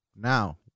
Now